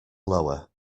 lower